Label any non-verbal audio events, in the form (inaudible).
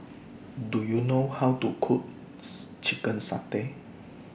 Do YOU know How to Cook (noise) Chicken Satay